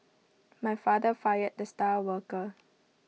my father fired the star worker